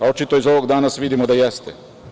Očito iz ovog danas vidimo da jeste.